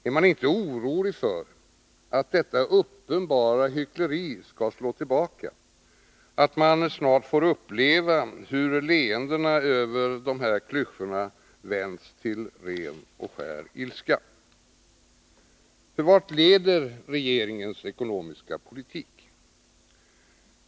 Är man inte orolig för att detta uppenbara hyckleri skall slå tillbaka, att man snart får uppleva hur leendena över dessa klyschor vänds till ren och skär ilska? För vart leder regeringens ekonomiska politik?